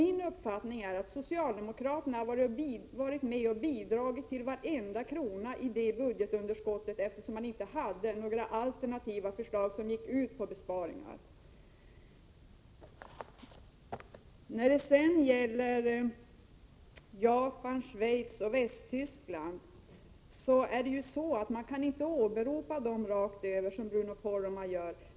Min uppfattning är alltså att socialdemokraterna har bidragit till varenda krona i budgetunderskottet, eftersom de inte hade några alternativa förslag, sådana som alltså skulle inneburit besparingar. Beträffande Japan, Schweiz och Västtyskland kan man inte åberopa dessa länder på det sätt som Bruno Poromaa gör.